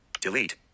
delete